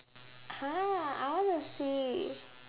!huh! I wanna see